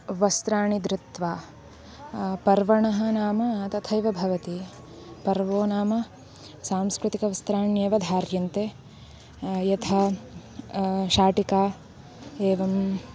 वस्त्राणि धृत्वा पर्वणः नाम तथैव भवति पर्वः नाम सांस्कृतिकवस्त्राण्येव ध्रियन्ते यथा शाटिका एवम्